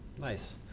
Nice